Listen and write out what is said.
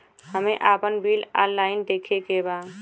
हमे आपन bill online देखे के बा?